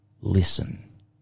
Listen